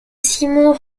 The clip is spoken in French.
simon